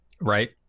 Right